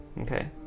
Okay